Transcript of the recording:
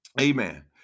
amen